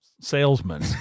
salesman